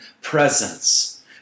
presence